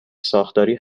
ساختاری